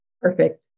Perfect